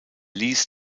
ließ